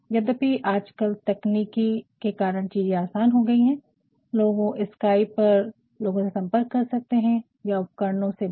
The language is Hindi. यद्यपि आजकल तकनीकी के कारण चीज़े आसान हो गयी है और लोगो से स्काइप पर लोगो से संपर्क कर सकते है या कुछ उपकरणों से भी